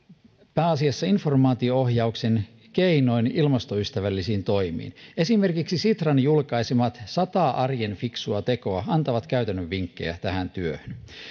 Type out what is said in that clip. pääasiassa informaatio ohjauksen keinoin ilmastoystävällisiin toimiin esimerkiksi sitran julkaisema sata fiksua arjen tekoa antaa käytännön vinkkejä tähän työhön